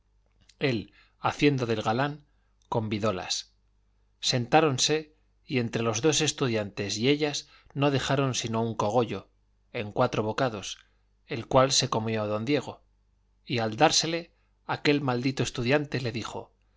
él haciendo del galán convidólas sentáronse y entre los dos estudiantes y ellas no dejaron sino un cogollo en cuatro bocados el cual se comió don diego y al dársele aquel maldito estudiante le dijo